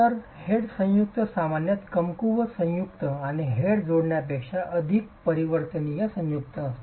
तर हेड संयुक्त सामान्यत कमकुवत संयुक्त आणि हेड जोडण्यापेक्षा अधिक परिवर्तनीय संयुक्त असते